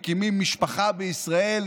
מקימים משפחה בישראל,